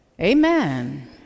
Amen